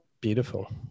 beautiful